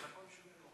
כל הכבוד.